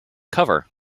cover